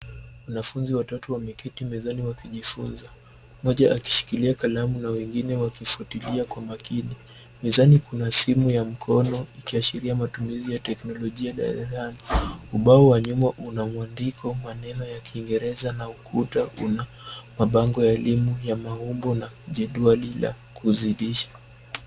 Wanafunzi watatu wameketi mezani wakijifunza, mmoja akishikilia kalamu na wengine wakifuatilia kwa makini. Mezani kuna simu ya mkono, ikiashiria matumizi ya teknolojia darasani. Ubao wa nyuma, una mwandiko, maneno ya kingereza, na ukuta una mabango ya elimu ya maumbo na jedwali la kuzidisha.